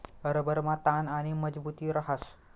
रबरमा ताण आणि मजबुती रहास